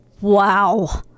wow